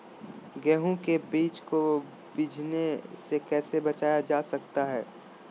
गेंहू के बीज को बिझने से कैसे बचाया जा सकता है?